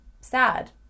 sad